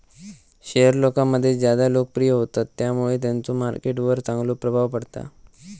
share लोकांमध्ये ज्यादा लोकप्रिय होतत त्यामुळे त्यांचो मार्केट वर चांगलो प्रभाव पडता